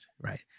right